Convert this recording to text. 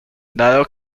dado